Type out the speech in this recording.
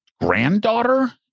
granddaughter